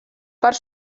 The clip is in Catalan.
part